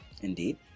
Indeed